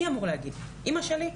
מי אמור להגיד אימא שלי?